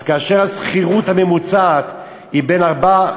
כאשר השכירות הממוצעת היא בין 4,000